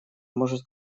может